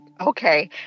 okay